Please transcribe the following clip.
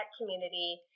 community